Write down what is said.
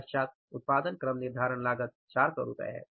तत्पश्चात उत्पादन क्रम निर्धारण लागत 400 रु है